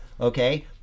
okay